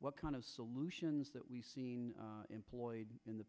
what kind of solutions that we employed in the